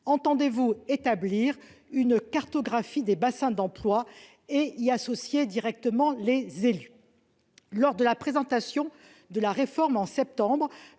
Entendez-vous établir une cartographie des bassins d'emploi et y associer les élus ? Lors de la présentation de la réforme au mois de septembre,